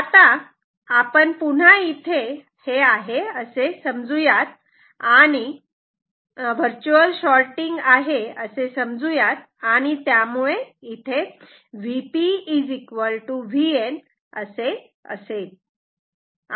आता आपण पुन्हा इथे आहे असे समजू यात आणि त्यामुळे Vp Vn असे असेल